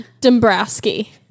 Dombrowski